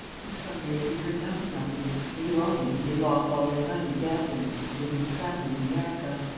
for some years we heard nothing of him. we knew only that he had lost all his money gambling and that he was travelling in america.